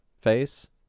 face